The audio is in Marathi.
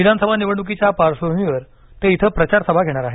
विधानसभा निवडणुकीच्या पार्श्वभूमीवर ते इथं प्रचार सभा घेणार आहेत